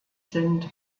sind